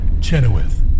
Chenoweth